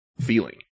feeling